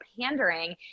pandering